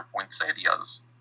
poinsettias